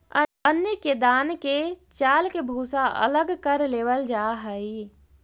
अन्न के दान के चालके भूसा अलग कर लेवल जा हइ